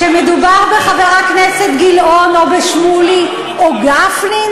כשמדובר בחבר הכנסת גילאון או בשמולי או גפני,